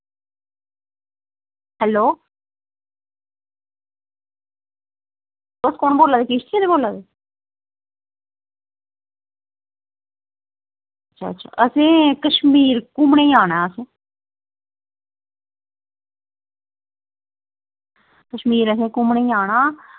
hello तुस कुन बोल्ला दे किश्ती आह्ले बोल्ला दे अच्छा असें कश्स्मीर घूमनें गी जाना हा असें कश्मीर असें घूमनें गी जाना हा